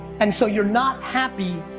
and so you're not happy,